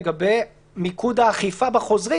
לגבי מיקוד האכיפה בחוזרים,